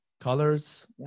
colors